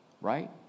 Right